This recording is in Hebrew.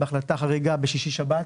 בהחלטה חריגה בשישי-שבת,